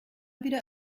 wieder